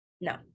no